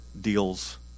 deals